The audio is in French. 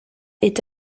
est